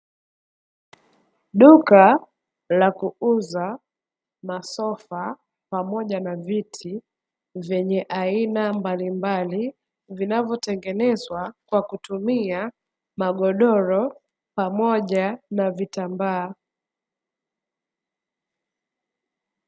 Duka la kuuza masofa pamoja na viti vyenye aina mbalimbali, vinavyotengenezwa kwa kutumia magodoro pamoja na vitambaa.